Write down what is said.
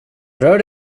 rör